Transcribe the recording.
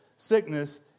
Sickness